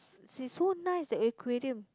it's so nice and creative